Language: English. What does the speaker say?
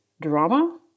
drama